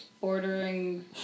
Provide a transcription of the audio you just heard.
ordering